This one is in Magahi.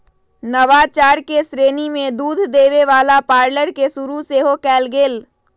नवाचार के श्रेणी में दूध देबे वला पार्लर के शुरु सेहो कएल गेल